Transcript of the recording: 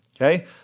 Okay